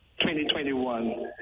2021